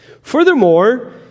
Furthermore